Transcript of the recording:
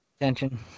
attention